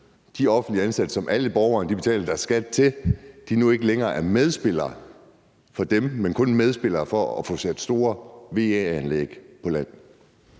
de offentligt ansatte, som alle borgere betaler deres skat til, nu ikke længere er medspillere for dem, men kun medspillere for at få sat store VE-anlæg på land?